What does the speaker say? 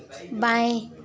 बाएँ